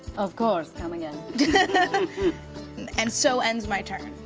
of course, come again. and so ends my turn.